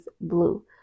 blue